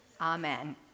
Amen